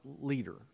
leader